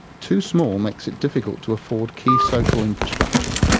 too small makes it difficult to afford key social infrastructure.